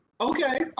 Okay